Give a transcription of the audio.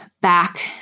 back